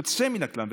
יוצא מן הכלל.